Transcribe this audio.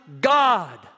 God